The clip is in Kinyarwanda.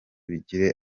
bigire